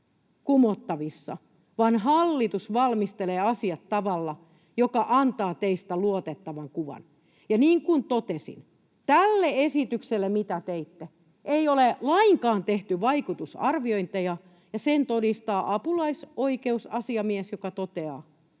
kumottavissa, vaan hallitus valmistelee asiat tavalla, joka antaa teistä luotettavan kuvan. Niin kuin totesin, tälle esitykselle, minkä teitte, ei ole lainkaan tehty vaikutusarviointeja, ja sen todistaa apulaisoikeusasiamies, joka toteaa,